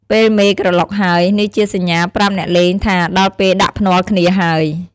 ពេលមេក្រឡុកហើយ នេះជាសញ្ញាប្រាប់អ្នកលេងថាដល់ពេលដាក់ភ្នាល់គ្នាហើយ។